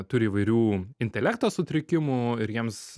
turi įvairių intelekto sutrikimų ir jiems